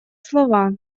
слова